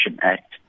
Act